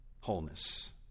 wholeness